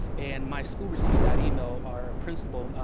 and my school received that email. our principal,